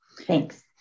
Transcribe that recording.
Thanks